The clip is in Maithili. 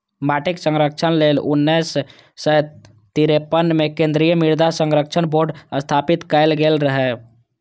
माटिक संरक्षण लेल उन्नैस सय तिरेपन मे केंद्रीय मृदा संरक्षण बोर्ड स्थापित कैल गेल रहै